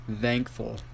Thankful